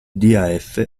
daf